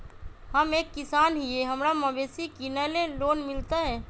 हम एक किसान हिए हमरा मवेसी किनैले लोन मिलतै?